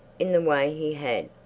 in the way he had.